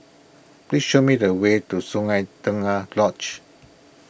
please show me the way to Sungei Tengah Lodge